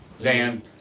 Dan